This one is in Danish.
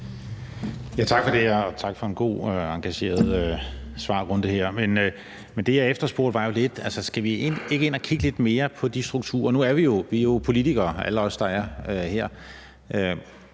Tak for det, og tak for en god og engageret svarrunde her. Men det, jeg efterspurgte, var jo, om vi ikke skal ind at kigge lidt mere på de strukturer. Nu er vi, der er her,